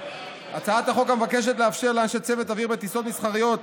הצעת החוק מבקשת לאפשר לאנשי צוות אוויר בטיסות מסחריות,